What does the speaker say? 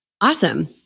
Awesome